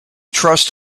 trust